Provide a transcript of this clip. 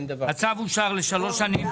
הצבעה אושר הצו אושר לשלוש שנים.